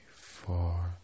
four